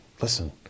listen